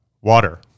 Water